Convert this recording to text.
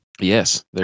Yes